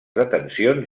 detencions